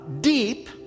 deep